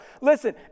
Listen